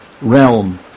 realm